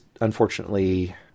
unfortunately